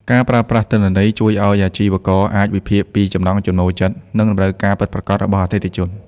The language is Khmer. ការប្រើប្រាស់ទិន្នន័យជួយឱ្យអាជីវករអាចវិភាគពីចំណង់ចំណូលចិត្ត និងតម្រូវការពិតប្រាកដរបស់អតិថិជន។